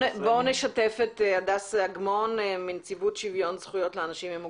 בואו נשתף את הדס אגמון מנציבות שוויון זכויות לאנשים עם מוגבלויות.